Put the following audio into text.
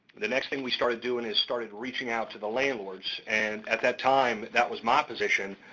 the next thing we started doing is started reaching out to the landlords, and at that time, that was my position,